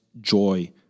joy